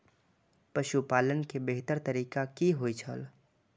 पशुपालन के बेहतर तरीका की होय छल?